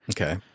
Okay